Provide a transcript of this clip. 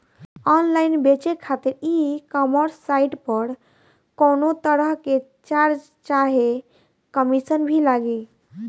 Online बेचे खातिर e commerce site पर कौनोतरह के चार्ज चाहे कमीशन भी लागी?